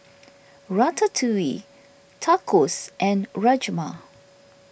Ratatouille Tacos and Rajma